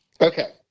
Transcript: Okay